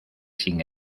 sin